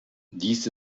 dies